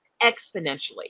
exponentially